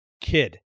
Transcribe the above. kid